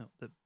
No